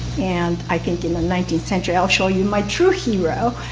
and i think in the nineteenth century i'll show you my true hero.